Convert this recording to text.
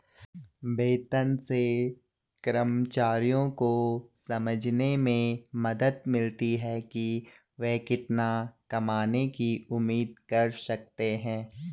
वेतन से कर्मचारियों को समझने में मदद मिलती है कि वे कितना कमाने की उम्मीद कर सकते हैं